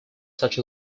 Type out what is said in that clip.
such